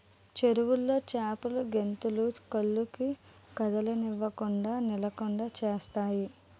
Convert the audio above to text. చెరువులో చేపలు గెంతులు కళ్ళను కదలనివ్వకుండ నిలకడ చేత్తాయి